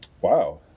Wow